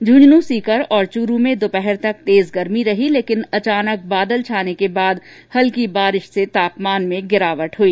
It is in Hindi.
झुन्झुनूं सीकर और चूरू में दोपहर तक तेज गर्मी रही लेकिन अचानक बादल छाने के बाद हल्की बारिश से तापमान में गिरावट हुई